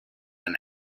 and